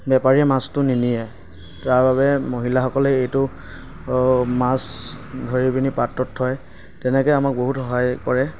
বেপাৰীয়ে মাছটো নিনিয়ে তাৰ বাবে মহিলাসকলে এইটো মাছ ধৰি পেনি পাত্ৰত থয় তেনেকৈ আমাক বহুত সহায় কৰে